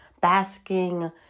basking